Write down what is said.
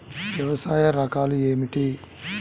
వ్యవసాయ రకాలు ఏమిటి?